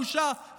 בושה,